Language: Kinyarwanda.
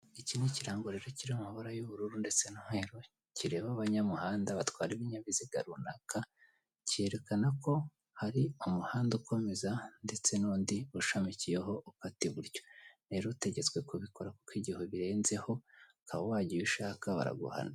Iki ni ikirango rero kiri amabara y'ubururu ndetse n'umweru, kireba abanyamuhanda batwara ibinyabiziga runaka, cyerekana ko hari umuhanda ukomeza ndetse n'undi ushamikiyeho ukata iburyo, rero utegetswe kubikora kuko igihe ubirenzeho ukaba wagiye ushaka baraguhana.